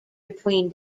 between